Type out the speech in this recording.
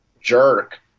jerk